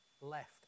left